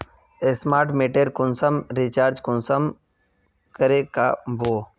Smart मीटरेर कुंसम recharge कुंसम करे का बो?